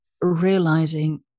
realizing